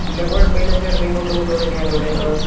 ഇല്ല കുഴപ്പമില്ല ചേട്ടൻ ഇങ്ങോട്ട് വന്നോളൂ ഞാൻ ഇവിടെ ഉണ്ടാകും